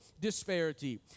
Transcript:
disparity